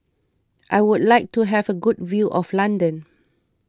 I would like to have a good view of London